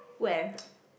where